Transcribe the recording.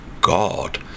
god